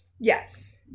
Yes